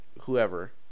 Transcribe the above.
whoever